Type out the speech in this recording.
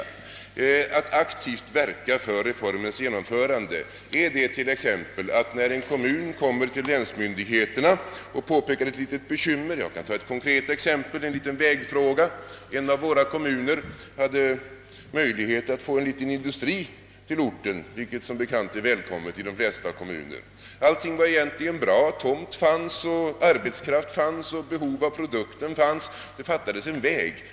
Är det »att aktivt verka för reformens genomförande» att när en kommun t.ex. vänder sig till länsmyndigheterna och framför ett litet bekymmer handla som i följande konkreta fall, som gällde en liten vägfråga? En av våra kommuner hade möjlighet att få en liten industri till orten, vilket som bekant är välkommet i de flesta kommuner. Allting var egentligen bra. Tomt, arbetskraft och behov av produkten fanns men det fattades en väg.